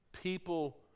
people